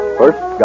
first